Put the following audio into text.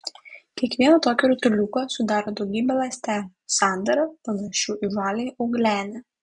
kiekvieną tokį rutuliuką sudaro daugybė ląstelių sandara panašių į žaliąją eugleną